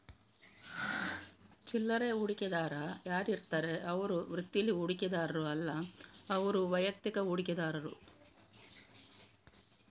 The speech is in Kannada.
ಚಿಲ್ಲರೆ ಹೂಡಿಕೆದಾರ ಯಾರಿರ್ತಾರೆ ಅವ್ರು ವೃತ್ತೀಲಿ ಹೂಡಿಕೆದಾರರು ಅಲ್ಲ ಅವ್ರು ವೈಯಕ್ತಿಕ ಹೂಡಿಕೆದಾರರು